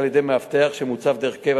לאנשים, זה עוד לא פחות